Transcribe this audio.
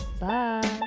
bye